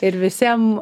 ir visiem